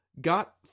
Got